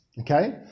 Okay